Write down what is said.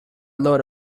load